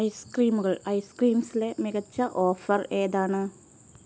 ഐസ്ക്രീമുകൾ ഐസ്ക്രീംസിലെ മികച്ച ഓഫർ ഏതാണ്